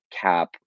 cap